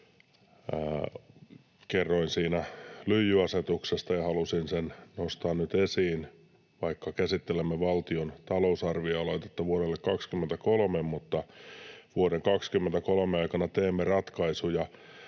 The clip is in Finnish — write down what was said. Kerroin siinä lyijyasetuksesta. Halusin sen nostaa nyt esiin, vaikka käsittelemme valtion talousarvioaloitetta vuodelle 23, sillä vuoden 23 aikana teemme ratkaisuja,